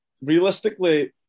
realistically